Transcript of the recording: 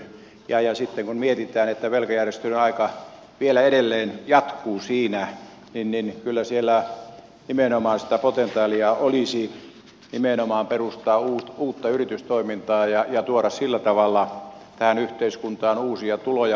ja sitten kun mietitään että velkajärjestelyn aika vielä edelleen jatkuu siinä niin kyllä siellä nimenomaan sitä potentiaalia olisi perustaa uutta yritystoimintaa ja tuoda sillä tavalla tähän yhteiskuntaan uusia tuloja